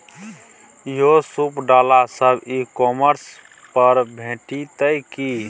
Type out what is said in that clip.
यौ सूप डाला सब ई कॉमर्स पर भेटितै की?